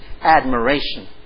admiration